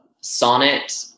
sonnet